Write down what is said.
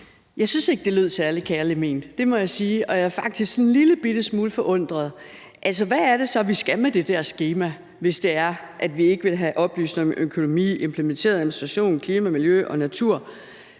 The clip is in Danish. Jeg synes ikke, det lød særlig kærligt ment, må jeg sige, og jeg er faktisk en lillebitte smule forundret. Altså, hvad er det så, vi skal med det der skema, hvis vi ikke vil have oplysninger om økonomi, implementering, administration, klima, miljø og natur?